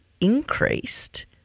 increased